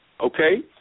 okay